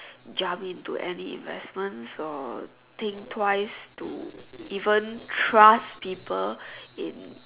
jump into any investments so think twice to even trust people in